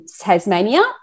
Tasmania